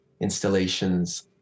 installations